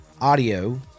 audio